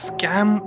Scam